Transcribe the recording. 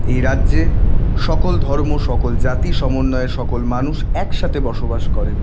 এই রাজ্যে সকল ধর্ম সকল জাতি সমন্বয়ে সকল মানুষ একসাথে বসবাস করেন